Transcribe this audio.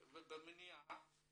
ובמניעה